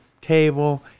table